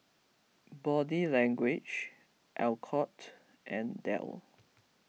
Body Language Alcott and Dell